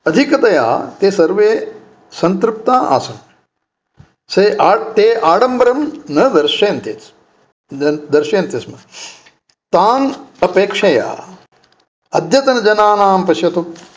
अधिकतया सर्वे सन्तृप्ता आसन् स आट् ते आडम्बरं न दर्शयन्ति दर्शयन्तिस्म तान् अपेक्षया अद्यतनजनानां पश्यतु